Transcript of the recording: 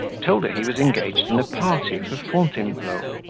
told her he was engaged in a party for fountainebleau,